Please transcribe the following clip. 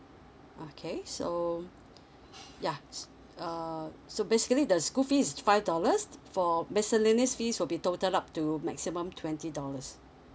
okay so yeah uh so basically the school fee is five dollars for miscellaneous fees will be total up to maximum twenty dollars